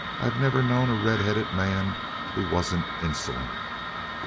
i've never known a red-headed man who wasn't insolent!